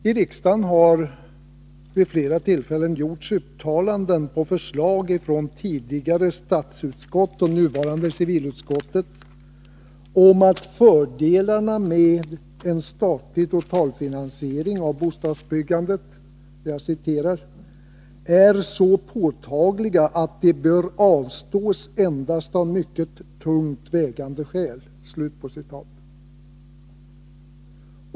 I riksdagen har vid flera tillfällen gjorts uttalanden på förslag från tidigare statsutskott och nuvarande civilutskottet om att fördelarna med en statlig totalfinansiering av bostadsbyggandet ”är så påtagliga att de bör avstås endast av mycket tungt vägande skäl”.